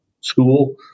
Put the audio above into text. school